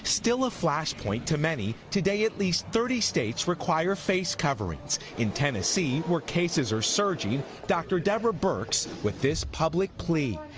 still a flash point to many, today at least thirty states require face coverings. in tennessee, where cases are surging, dr. deborah birx with this public plea.